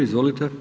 Izvolite.